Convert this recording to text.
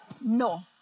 no